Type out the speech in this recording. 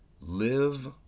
live